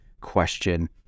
question